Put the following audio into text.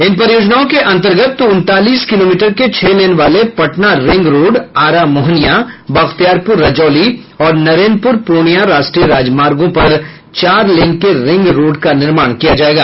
इन परियोजनाओं के अन्तर्गत उनतालीस किलोमीटर के छह लेन वाले पटना रिंग रोड़ आरा मोहनिया बख्तियारपुर रजौली और नरेनपुर पूर्णिया राष्ट्रीय राजमार्गों पर चार लेन के रिंग रोड़ का निर्माण किया जाएगा